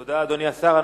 תודה, אדוני השר.